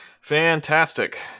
Fantastic